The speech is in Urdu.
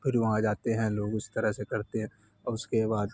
پھر وہاں جاتے ہیں لوگ اس طرح سے کرتے ہیں اور اس کے بعد